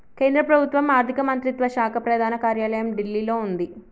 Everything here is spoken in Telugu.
కేంద్ర ప్రభుత్వం ఆర్ధిక మంత్రిత్వ శాఖ ప్రధాన కార్యాలయం ఢిల్లీలో వుంది